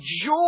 joy